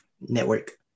Network